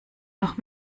noch